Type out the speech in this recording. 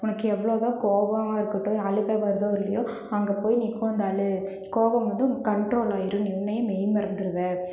உனக்கு எவ்வளோவோ கோவமாக இருக்கட்டும் அழுக வருதோ இல்லையோ அங்கே போய் நீ உட்காந்து அழு கோவம் மட்டும் கண்ட்ரோல் ஆயிரும் நீ உன்னையே மெய் மறந்துருவ